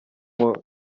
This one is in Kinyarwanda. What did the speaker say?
more